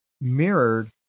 mirrored